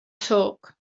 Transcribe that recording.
talk